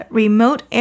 remote